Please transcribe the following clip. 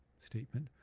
statement.